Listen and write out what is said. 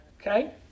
okay